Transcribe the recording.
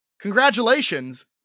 Congratulations